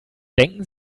denken